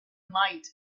might